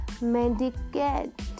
mendicant